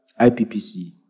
IPPC